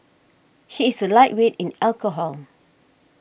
he is a lightweight in alcohol